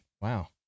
Wow